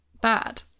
bad